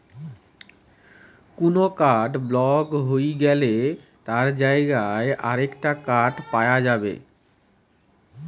কুনো card block হই গ্যালে তার জাগায় আরেকটা কার্ড পায়া যাচ্ছে